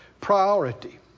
priority